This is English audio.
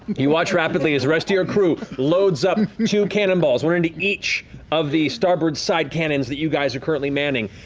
you watch, rapidly, as the rest of your crew loads up two cannonballs, one into each of the starboard-side cannons, that you guys are currently manning.